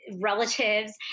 relatives